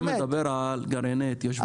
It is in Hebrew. אתה מדבר על גרעיני התיישבות בנגב.